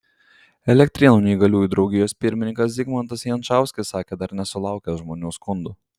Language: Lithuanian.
elektrėnų neįgaliųjų draugijos pirmininkas zigmantas jančauskis sakė dar nesulaukęs žmonių skundų